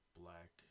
black